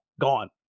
gone